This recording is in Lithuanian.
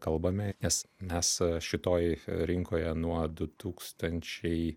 kalbame nes mes šitoj rinkoje nuo du tūkstančiai